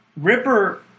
Ripper